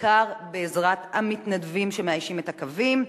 בעיקר בעזרת המתנדבים שמאיישים את הקווים.